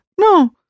No